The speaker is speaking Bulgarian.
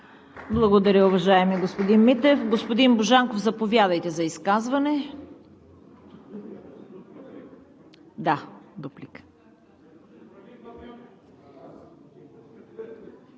Благодаря, уважаеми господин Митев. Господин Божанков, заповядайте за дуплика.